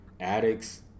Addicts